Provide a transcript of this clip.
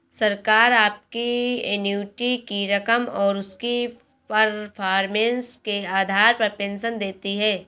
सरकार आपकी एन्युटी की रकम और उसकी परफॉर्मेंस के आधार पर पेंशन देती है